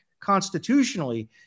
constitutionally